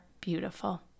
beautiful